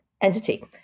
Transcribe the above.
entity